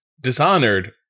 Dishonored